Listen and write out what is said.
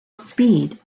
speed